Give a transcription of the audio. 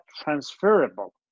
transferable